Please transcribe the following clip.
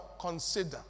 consider